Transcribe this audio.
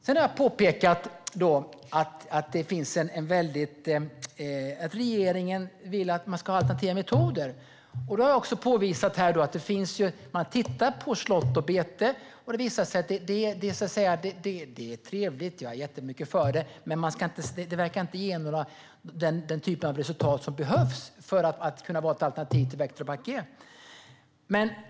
Jag har också påpekat att regeringen vill att det ska finnas alternativa metoder. Jag har visat på att man tittar på slåtter och bete. Det är trevligt, och jag är jättemycket för detta, men det verkar inte ge de resultat som behövs för att kunna vara ett alternativ till Vectobac G.